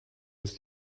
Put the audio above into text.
ist